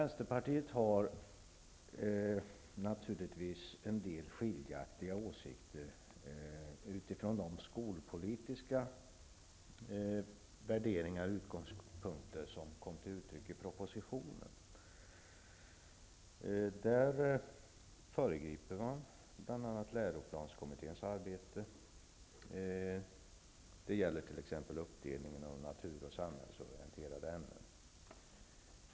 Naturligtvis har vi i Vänsterpartiet en del skiljaktiga åsikter vad gäller de skolpolitiska värderingar och utgångspunkter som kommer till uttryck i propositionen. Där föregriper man bl.a. läroplanskommitténs arbete. Det gäller t.ex. uppdelningen av natur och samhällsorienterade ämnen.